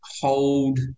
Hold